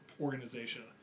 organization